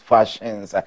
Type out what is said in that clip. Fashions